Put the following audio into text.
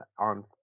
on